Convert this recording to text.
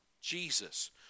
Jesus